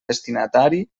destinatari